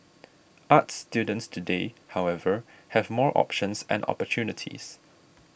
arts students today however have more options and opportunities